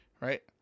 right